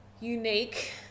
unique